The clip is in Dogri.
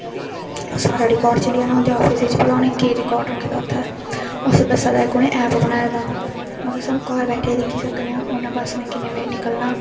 ओह् सारा रकार्ड चली जाना उं'दे आफिस च भला उनें केह् रकार्ड रक्खे दा उत्थें उस बस्सा दा इक उ'नें ऐप बनाए दा ओहदे च सानूं घार बैठे दे दिक्खी सकने आं उन्नै बस ने किन्ने बजे निकलना